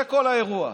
זה כל האירוע.